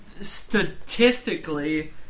statistically